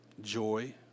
joy